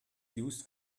used